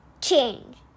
change